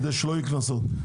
כדי שלא יהיו קנסות.